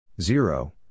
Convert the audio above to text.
zero